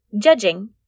Judging